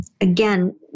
again